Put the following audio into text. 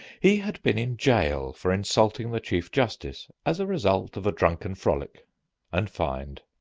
he had been in jail for insulting the chief-justice, as a result of a drunken frolic and fine.